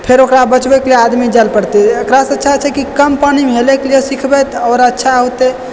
फेर ओकरा बचबैके लिए आदमी जाए ला पड़तय एकरा से अच्छा छै कि कम पानीमे हेलैके लिए सिखबै तऽ आओर अच्छा होतै